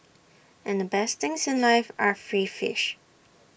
and the best things life are free fish